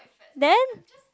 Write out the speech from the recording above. then